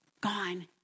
gone